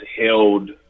held